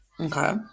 okay